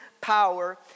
power